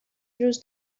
روز